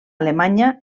alemanya